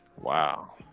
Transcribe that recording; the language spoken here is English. Wow